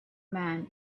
man